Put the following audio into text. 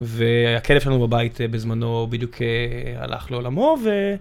והכלב שלנו בבית בזמנו בדיוק הלך לעולמו ו...